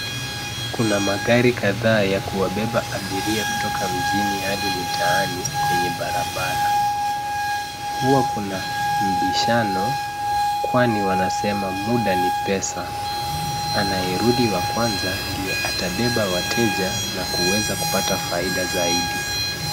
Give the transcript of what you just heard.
Kuna magari kadhaa ya kuwabeba abiria kutoka mjini hadi mitani kwenye barabara. Huwa kuna mbishano, kwani wanasema muda ni pesa. Anayerudi wa kwanza ndiye atabeba wateja na kuweza kupata faida zaidi.